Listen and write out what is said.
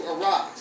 Arise